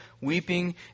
weeping